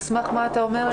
על סמך מה אתה אומר את זה?